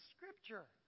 Scripture